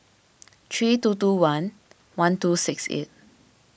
three two two one one two six eight